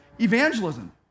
evangelism